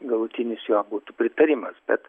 galutinis jo būtų pritarimas bet